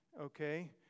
Okay